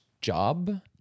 job